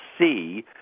see